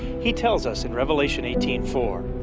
he tells us in revelation eighteen four,